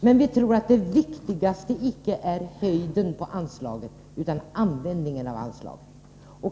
Men vi tror att det viktigaste icke är storleken av anslagen, utan användningen av anslagen.